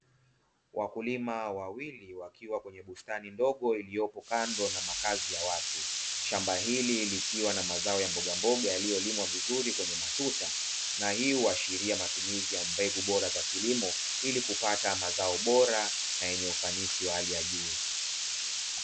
Wakulima wawili wakiwa kwenye bustani ndogo iliyopo kando na makazi ya watu. Shamba hili likiwa na mazao ya mbogamboga yaliyolimwa vizuri kwenye matuta, na hii huashiria matumizi ya mbegu bora za kilimo ili kupata mazao bora na yenye ufanisi wa hali ya juu.